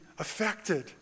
Affected